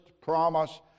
promise